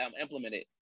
implemented